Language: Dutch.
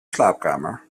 slaapkamer